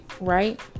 right